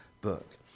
book